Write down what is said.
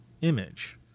image